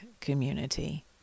community